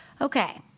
Okay